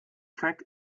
check